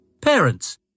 Parents